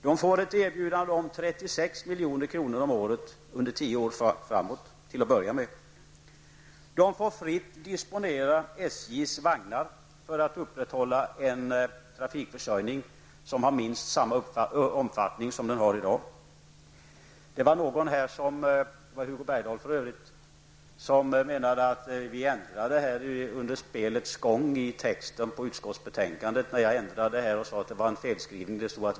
De får ett erbjudande om 36 milj.kr. om året under 10 år framöver, till att börja med. De får fritt disponera SJs vagnar för att upprätthålla en trafikförsörjning som har minst samma omfattning som den har i dag. Hugo Bergdahl menade att vi under spelets gång ändrade i texten på utskottsbetänkandet. Jag sade att det var en felskrivning.